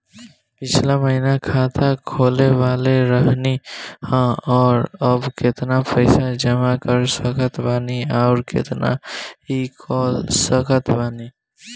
पिछला महीना खाता खोलवैले रहनी ह और अब केतना पैसा जमा कर सकत बानी आउर केतना इ कॉलसकत बानी?